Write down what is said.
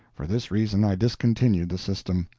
for this reason i discontinued the system.